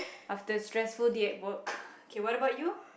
after stressful day at work k what about you